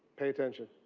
pay attention.